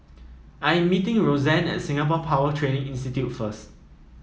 I'm meeting Rozanne at Singapore Power Training Institute first